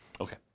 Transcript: Okay